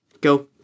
Go